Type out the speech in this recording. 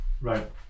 Right